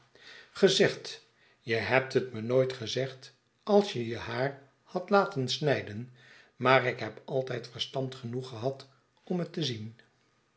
gezegd je hebt het me nooit gezegd als je je haar hadt laten snijden maar ik heb altijd verstand genoeg gehad om het te zien